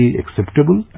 acceptable